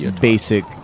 basic